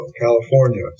California